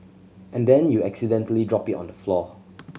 and then you accidentally drop it on the floor